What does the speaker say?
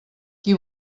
qui